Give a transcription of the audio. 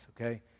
okay